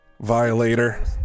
violator